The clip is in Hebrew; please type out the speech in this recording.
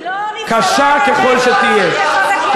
קשה ככל שתהיה.